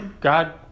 God